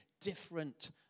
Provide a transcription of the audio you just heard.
different